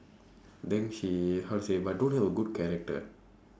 then she how to say but don't have a good character